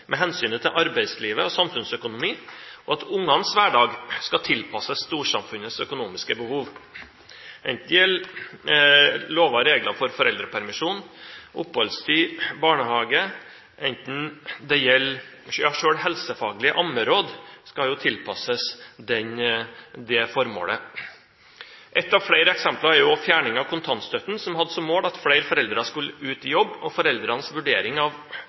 med hensynet til arbeidslivet og hensynet til samfunnsøkonomi, og at ungenes hverdag skal tilpasses storsamfunnets økonomiske behov, enten det gjelder lover og regler for foreldrepermisjon, det gjelder oppholdstid, eller det gjelder barnehage – ja, selv helsefaglige ammeråd skal tilpasses det formålet. Ett av flere eksempler er fjerning av kontantstøtten, som hadde som mål at flere foreldre skulle ut i jobb. Foreldrenes vurdering av